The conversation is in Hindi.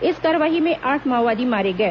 इस कार्रवाई में आठ माओवादी मारे गए